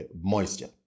moisture